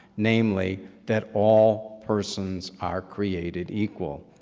namely, that all persons are created equal.